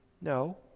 No